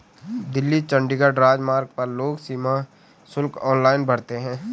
दिल्ली चंडीगढ़ राजमार्ग पर लोग सीमा शुल्क ऑनलाइन भरते हैं